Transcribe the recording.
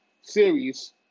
series